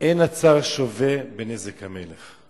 "אין הצר שווה בנזק המלך".